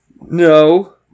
No